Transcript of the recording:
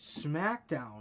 SmackDown